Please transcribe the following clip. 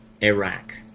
Iraq